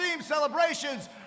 celebrations